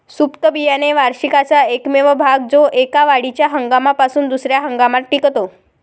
सुप्त बियाणे वार्षिकाचा एकमेव भाग जो एका वाढीच्या हंगामापासून दुसर्या हंगामात टिकतो